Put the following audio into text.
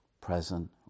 present